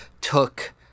took